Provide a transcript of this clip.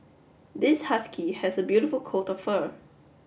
this husky has a beautiful coat of fur